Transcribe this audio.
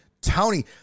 Tony